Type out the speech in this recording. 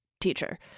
teacher